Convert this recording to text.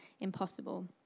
impossible